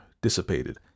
dissipated